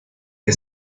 que